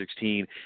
2016